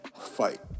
fight